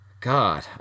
God